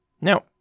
Now